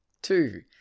Two